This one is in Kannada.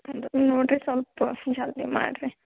ನೋಡಿರಿ ಸ್ವಲ್ಪ ಜಲ್ದಿ ಮಾಡಿರಿ